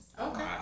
Okay